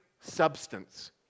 substance